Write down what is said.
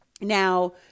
Now